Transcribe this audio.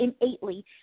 innately